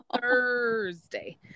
Thursday